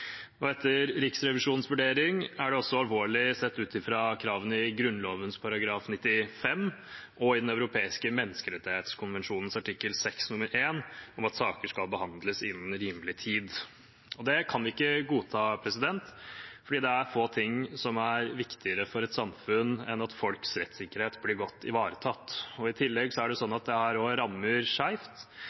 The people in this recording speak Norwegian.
Etter Riksrevisjonens vurdering er det også alvorlig sett ut fra kravene i Grunnloven § 95 og i Den europeiske menneskerettskonvensjonen artikkel 6 nr. 1, om at saker skal behandles innen rimelig tid. Det kan vi ikke godta, for det er få ting som er viktigere for et samfunn enn at folks rettssikkerhet blir godt ivaretatt. I tillegg rammer dette skjevt. Det